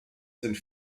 sind